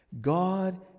God